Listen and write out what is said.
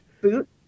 boot